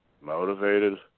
motivated